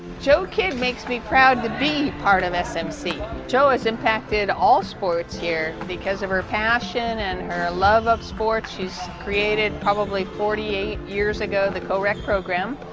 jo kidd makes me proud to be part of smc. jo has impacted all sports here. because of her passion and her love of sports she's created probably forty eight years ago the co-rec program.